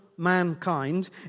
mankind